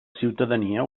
ciutadania